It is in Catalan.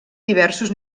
diversos